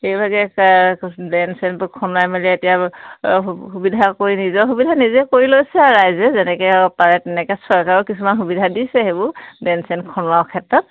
সেইভাগে ড্ৰেইন চেনবোৰ খন্দাই মেলি এতিয়া সুবিধা কৰি নিজৰ সুবিধা নিজে কৰি লৈছে আৰু ৰাইজে যেনেকৈ আৰু পাৰে তেনেকৈ চৰকাৰৰ কিছুমান সুবিধা দিছে সেইবোৰ ড্ৰেইন চেন খন্দোৱাৰ ক্ষেত্ৰত